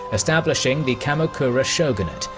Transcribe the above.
establishing the kamakura shogunate,